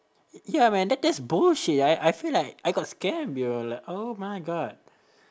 y~ ya man that that's bullshit I I feel like I got scammed yo like oh my god